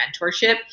mentorship